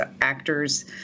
actors